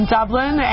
Dublin